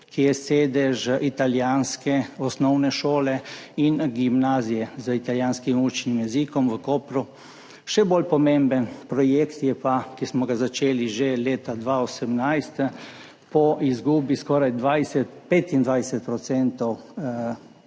ki je sedež italijanske osnovne šole in gimnazije z italijanskim učnim jezikom v Kopru; še bolj pomemben projekt je pa [tisti], ki smo ga začeli že leta 2018 po izgubi skoraj 25 %